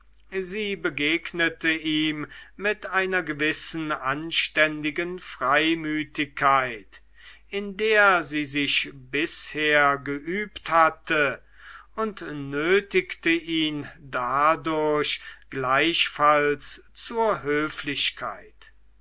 sie begegnete ihm mit einer gewissen anständigen freimütigkeit in der sie sich bisher geübt hatte und nötigte ihn dadurch gleichfalls zur höflichkeit